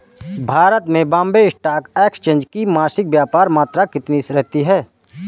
भारत में Bombay stock exchange की मासिक व्यापार मात्रा कितनी रहती है?